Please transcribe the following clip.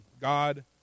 God